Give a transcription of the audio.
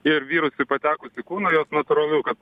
ir virusui patekus į kūną jos natūralu kad